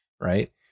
Right